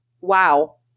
Wow